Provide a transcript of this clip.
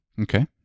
Okay